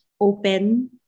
open